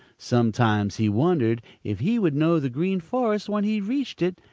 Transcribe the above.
sometimes he wondered if he would know the green forest when he reached it,